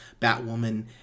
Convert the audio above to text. Batwoman